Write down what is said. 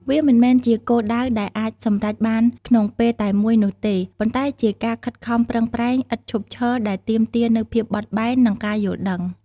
វាមិនមែនជាគោលដៅដែលអាចសម្រេចបានក្នុងពេលតែមួយនោះទេ ប៉ុន្តែជាការខិតខំប្រឹងប្រែងឥតឈប់ឈរដែលទាមទារនូវភាពបត់បែន និងការយល់ដឹង។